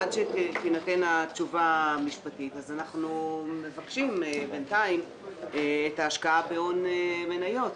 עד שתינתן התשובה המשפטית אנחנו מבקשים את ההשקעה בהון מניות,